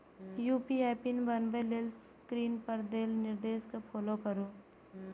UPI pin बनबै लेल screen पर देल निर्देश कें फॉलो करू